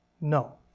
No